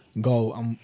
Go